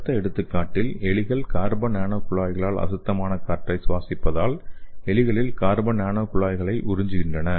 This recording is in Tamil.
அடுத்த எடுத்துக்காட்டில் எலிகள் கார்பன் நானோ குழாய்களால் அசுத்தமான காற்றை சுவாசிப்பதால் எலிகளில் கார்பன் நானோ குழாய்களை உறிஞ்சுகின்றன